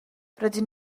rydyn